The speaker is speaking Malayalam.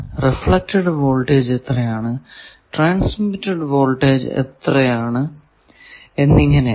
റിഫ്ലെക്ടഡ് വോൾടേജ് എത്രയാണ് ട്രാൻസ്മിറ്റഡ് വോൾടേജ് എത്രയാണ് എന്നിങ്ങനെയാണ്